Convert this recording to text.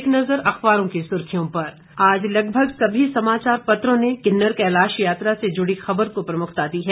एक नजर अखबारों की सुर्खियों पर आज लगभग सभी समाचार पत्रों ने किन्नर कैलाश यात्रा से जुड़ी खबर को प्रमुखता दी है